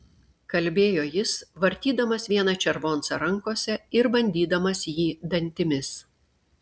kalbėjo jis vartydamas vieną červoncą rankose ir bandydamas jį dantimis